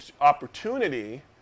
opportunity